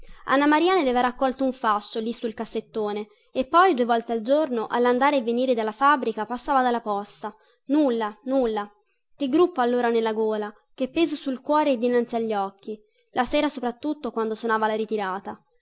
anna maria ne aveva raccolto un fascio lì sul cassettone e poi due volte al giorno allandare e venire dalla fabbrica passava dalla posta nulla nulla che gruppo allora nella gola che peso sul cuore e dinanzi agli occhi la sera soprattutto quando sonava la ritirata